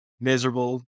miserable